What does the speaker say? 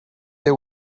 they